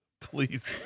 Please